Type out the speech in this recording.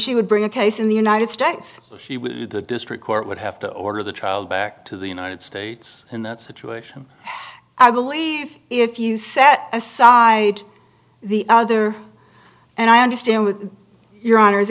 she would bring a case in the united states so she would be the district court would have to order the child back to the united states in that situation i believe if you set aside the other and i understand with your honor